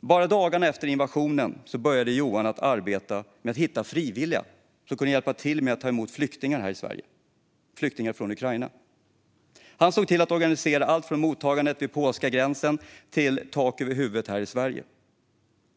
Bara dagarna efter invasionen började han sitt arbete med att hitta frivilliga som kunde hjälpa till med att ta emot flyktingar från Ukraina här i Sverige. Han såg till att organisera alltifrån mottagandet vid polska gränsen till tak över huvudet här i Sverige.